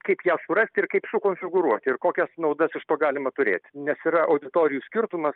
kaip ją surast ir kaip sukonfigūruot ir kokias naudas iš to galima turėt nes yra auditorijų skirtumas